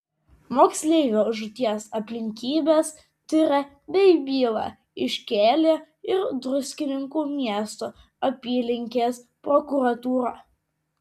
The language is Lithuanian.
moksleivio žūties aplinkybes tiria bei bylą iškėlė ir druskininkų miesto apylinkės prokuratūra